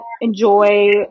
enjoy